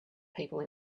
people